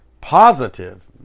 positive